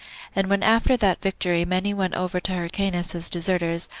and when after that victory many went over to hyrcanus as deserters,